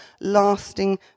lasting